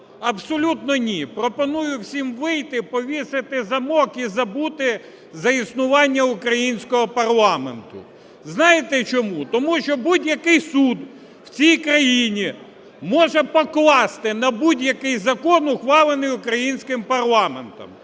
Абсолютно ні. Пропоную всім вийти, повісити замок і забути за існування українського парламенту. Знаєте чому? Тому що будь-який суд в цій країні може покласти на будь-який закон, ухвалений українським парламентом.